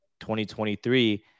2023